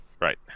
Right